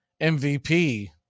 MVP